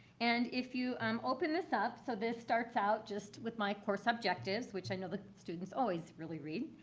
and if you um open this up. so this starts out just with my course objectives, which i know the students always really read.